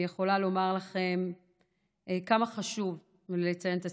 אני יכולה לומר לכם כמה חשוב לציין את הסיפורים,